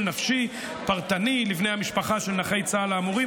נפשי פרטני לבני המשפחה של נכי צה"ל האמורים.